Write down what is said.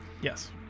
Yes